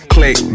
Click